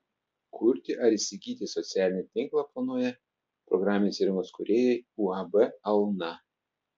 kurti ar įsigyti socialinį tinklą planuoja programinės įrangos kūrėjai uab alna